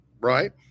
right